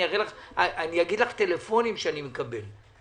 אני אגיד לך טלפונים שאני מקבל.